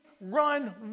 run